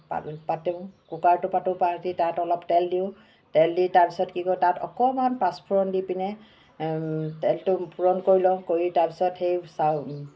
পা পাতোঁ কুকাৰটো পাতোঁ পাতি তাত অলপ তেল দিওঁ তেল দি তাৰপিছত কি কৰোঁ তাত অকণমান পাঁচফোৰণ দি পিনে তেলটো ফোৰণ কৰি লওঁ কৰি তাৰপাছত সেই চাউল